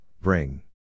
bring